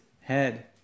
head